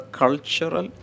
cultural